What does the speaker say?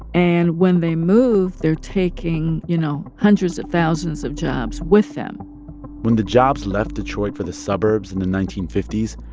and when they move, they're taking, you know, hundreds of thousands of jobs with them when the jobs left detroit for the suburbs in the nineteen fifty s,